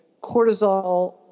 cortisol